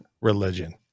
religion